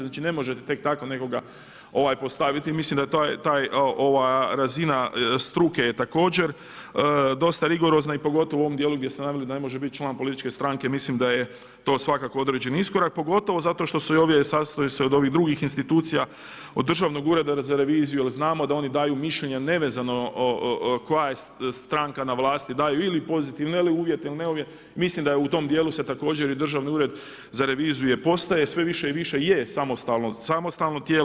Znači ne možete tek tako nekoga postaviti, mislim da ta razina struke je također dosta rigorozna i pogotovo u ovom dijelu gdje se te naveli, da ne može biti član političke stranke, mislim da je to svakako određeni iskorak, pogotovo zato što i ovdje sastoji se od ovih drugih institucija, do Državnog ureda za reviziju, jer znamo da oni daju mišljenja nezavezano koja je stranka na vlasti, daju pozitivne ili … mislim da je u tom dijelu se također Državni ured za reviziju je postaje sve više i više je samostalno tijelo.